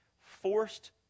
Forced